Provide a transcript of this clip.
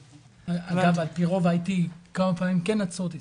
אגב, כמה פעמים כן עצרו אותי.